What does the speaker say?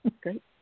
Great